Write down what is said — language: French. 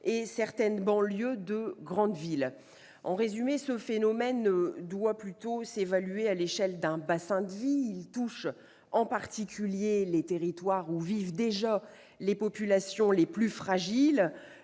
et certaines banlieues de grandes villes le sont aussi. Ce phénomène doit plutôt s'évaluer à l'échelle d'un bassin de vie. Il touche en particulier les territoires où vivent les populations les plus fragiles,